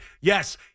Yes